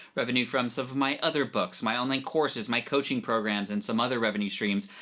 revenue from some of my other books, my online courses, my coaching programs, and some other revenue streams,